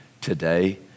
today